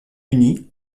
uni